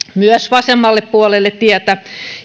vasemmalle puolelle tietä